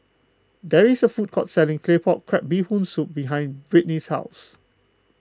there is a food court selling Claypot Crab Bee Hoon Soup behind Brittnie's house